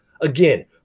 again